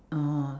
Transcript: oh